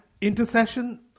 Intercession